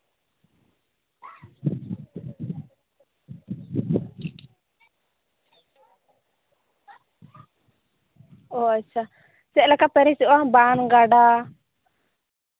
ᱚ ᱟᱪᱪᱷᱟ ᱪᱮᱫᱞᱮᱠᱟ ᱯᱮᱨᱮᱡᱚᱜᱼᱟ ᱵᱟᱱ ᱜᱟᱰᱟ